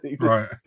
right